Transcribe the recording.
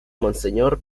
monseñor